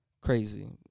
crazy